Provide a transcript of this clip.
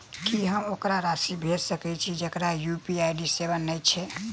की हम ओकरा राशि भेजि सकै छी जकरा यु.पी.आई सेवा नै छै?